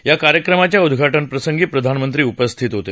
या कार्यक्रमाच्या उद्घाटन प्रसंगी प्रधानमंत्री उपस्थित होते